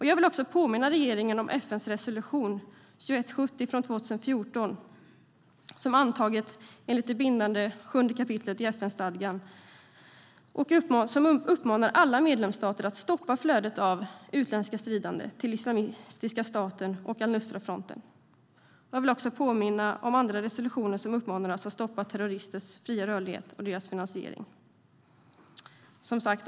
Jag vill påminna regeringen om FN:s resolution 2170 från 2014, som är antaget enligt det bindande sjunde kapitlet i FN-stadgan och som uppmanar alla medlemsstater att stoppa flödet av utländska stridande till Islamiska staten och al-Nusrafronten. Jag vill också påminna om andra resolutioner som uppmanar oss att stoppa terroristers fria rörlighet och deras finansiering.